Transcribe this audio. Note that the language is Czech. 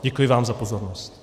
Děkuji vám za pozornost.